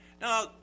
Now